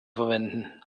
verwenden